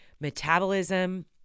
metabolism